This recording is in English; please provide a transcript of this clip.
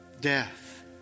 death